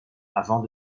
avant